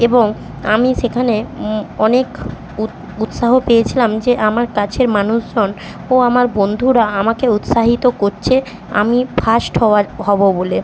এবং আমি সেখানে অনেক উৎসাহ পেয়েছিলাম যে আমার কাছের মানুষজন ও আমার বন্ধুরা আমাকে উৎসাহিত করছে আমি ফার্স্ট হওয়ার হবো বলে